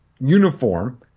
uniform